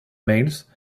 males